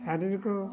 ଶାରୀରିକ